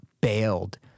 bailed